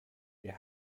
der